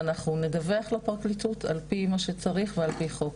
ואנחנו נדווח לפרקליטות על פי מה שצריך ועל פי חוק.